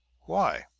why?